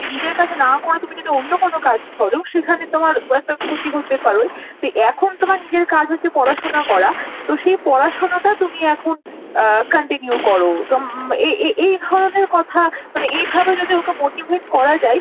সে নিজের কাজটা না করে তুমি যদি অন্য কোনও কাজ কর সেখানে তোমার কয়েকটা ক্ষতি হতে পারে সে এখন তোমার নিজের কাজ হচ্ছে পড়াশোনা করা তো সে পড়াশোনাটা তুমি এখন কান্টিনিউ কর তো এই এই এই ধরনের কথা মানে এইভাবে যদি ওকে মোটিভেট করা যায়